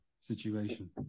situation